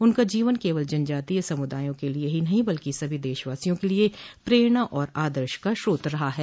उनका जीवन केवल जनजातीय समुदायों के लिए ही नहीं बल्कि सभी देशवासियों के लिए प्रेरणा और आदर्श का स्रोत रहा है